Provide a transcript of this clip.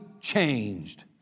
changed